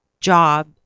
job